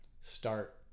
start